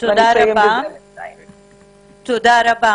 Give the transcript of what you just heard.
תודה רבה.